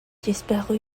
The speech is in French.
disparu